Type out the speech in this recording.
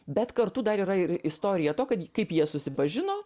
bet kartu dar yra ir istorija to kad kaip jie susipažino